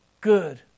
good